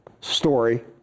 story